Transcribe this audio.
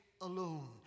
alone